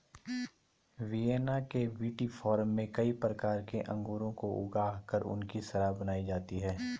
Vienna के विटीफार्म में कई प्रकार के अंगूरों को ऊगा कर उनकी शराब बनाई जाती है